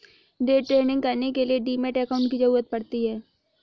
day trading करने के लिए डीमैट अकांउट की जरूरत पड़ती है